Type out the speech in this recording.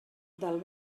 del